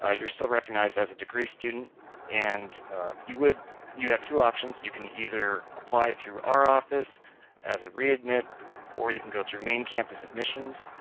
ah you're still recognized as a degree student and you you have two options you can either apply through our office as a re-admit or you can go through main campus admissions.